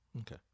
Okay